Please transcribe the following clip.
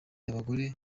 abagore